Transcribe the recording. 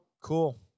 cool